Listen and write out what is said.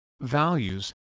values